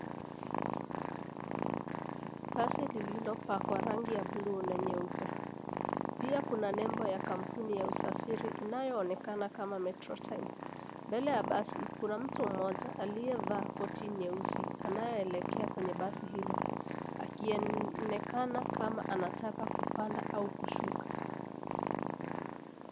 Basi lililopakwa rangi ya buluu na nyeupe. Pia kuna nembo ya kampuni ya usafiri inayoonekana kama Metro Time. Mbele ya basi, kuna mtu mmoja aliyevaa koti nyeusi anayeelekea kwenye basi hilo, akionekana kama anataka kupanda au kushuka.